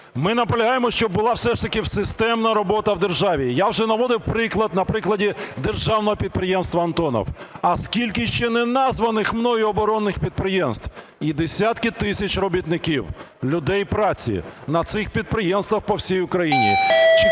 Ми наполягаємо, щоб була все ж таки системна робота в державі. Я вже наводив приклад на прикладі державного підприємства "Антонов". А скільки ще не названих мною оборонних підприємств. І десятки тисяч робітників, людей праці, на цих підприємствах по всій Україні